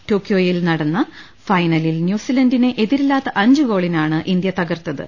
ടോക്യോയിൽ നടന്ന ഫൈനലിൽ ന്യൂസിലന്റിനെ എതിരി ല്ലാത്ത അഞ്ച് ഗോളിനാണ് ഇന്ത്യ തകർത്തത്